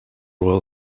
royal